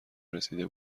رسیده